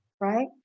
right